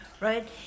right